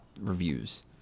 reviews